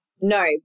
No